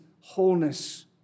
wholeness